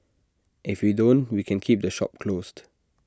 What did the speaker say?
if we don't we can keep the shop closed